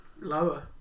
Lower